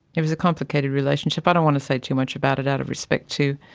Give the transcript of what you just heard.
it was a complicated relationship. i don't want to say too much about it out of respect to